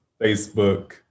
Facebook